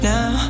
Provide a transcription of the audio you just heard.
Now